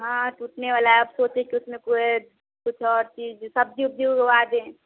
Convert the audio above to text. हाँ टूटने वाला है अब सोचे कि उसमें कोई कुछ और चीज़ सब्ज़ी उब्जी बुवा दें